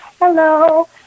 hello